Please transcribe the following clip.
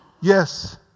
yes